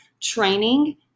training